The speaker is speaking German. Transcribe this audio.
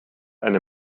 eine